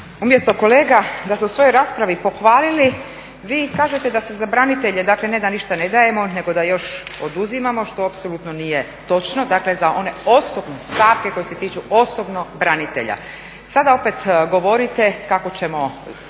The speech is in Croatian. Umjesto kolega da ste u svojoj raspravi pohvalili vi kažete da se za branitelje, dakle ne da ništa ne dajemo nego da još oduzimamo što apsolutno nije točno, dakle, za one osobne stavke koje se tiču osobno branitelja. Sada opet govorite kako ćemo